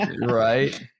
Right